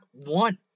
one